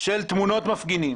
של תמונות מפגינים.